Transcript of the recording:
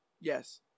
Yes